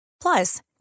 Plus